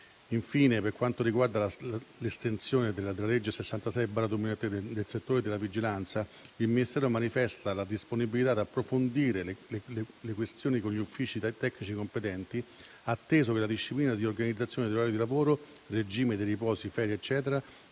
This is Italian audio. Infine per quanto riguarda l'estensione della legge n. 66 del 2023 nel settore della vigilanza, il Ministero manifesta la disponibilità ad approfondire le questioni con gli uffici tecnici competenti, atteso che la disciplina di organizzazione dell'orario di lavoro, regime dei riposi, ferie, eccetera,